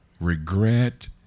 Regret